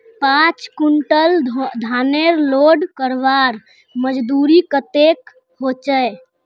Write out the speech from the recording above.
पाँच कुंटल धानेर लोड करवार मजदूरी कतेक होचए?